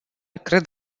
cred